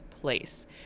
place